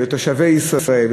לתושבי ישראל,